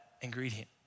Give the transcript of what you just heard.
ingredient